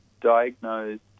diagnosed